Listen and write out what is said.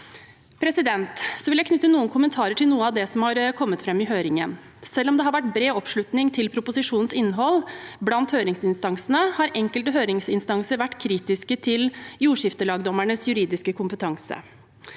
Jeg vil knytte noen kommentarer til noe av det som har kommet fram i høringen. Selv om det har vært bred oppslutning om proposisjonens innhold blant høringsinstansene, har enkelte høringsinstanser vært kritiske til jordskiftelagdommernes juridiske kompetanse.